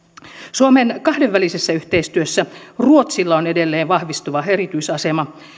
suomen kahdenvälisessä yhteistyössä ruotsilla on edelleen vahvistuva erityisasema